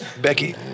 Becky